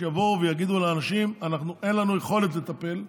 שיבואו ויגידו לאנשים: אין לנו יכולת לטפל.